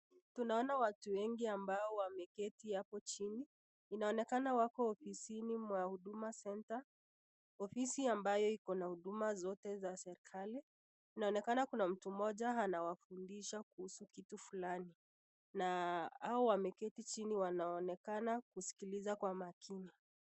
Tunaona watu wengi ambao wameketi hapo chini. Inaonekana wako ofisini mwa Huduma Centre, ofisi ambayo ikona huduma zote za serikali. Inaonekana kuna mtu mmoja anawafundisha kuhusu kitu fulani na hao wameketi chini wanaonekana kusikiliza kwa makini.